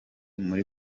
muri